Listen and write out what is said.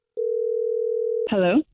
Hello